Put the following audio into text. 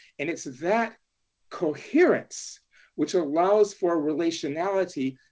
and it's that coherence which allows for relationality,